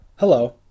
Hello